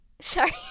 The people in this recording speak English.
Sorry